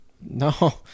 No